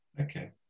Okay